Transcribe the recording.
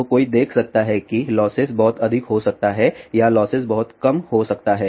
तो कोई देख सकता है कि लॉसेस बहुत अधिक हो सकता है या लॉसेस बहुत कम हो सकता है